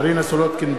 (קורא בשמות חברי הכנסת) מרינה סולודקין,